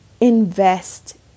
invest